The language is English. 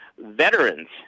veterans